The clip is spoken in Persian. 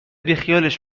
بیخیالش